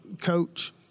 Coach